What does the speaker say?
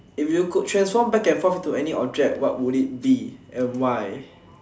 if you could transform back and forth into any object what would it be and why